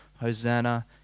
Hosanna